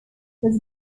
was